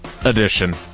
Edition